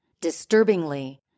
Disturbingly